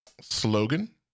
slogan